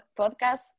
podcast